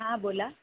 हां बोला